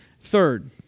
Third